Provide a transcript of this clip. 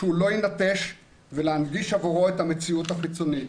שהוא לא יינטש ולהנגיש עבורו את המציאות החיצונית.